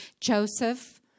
Joseph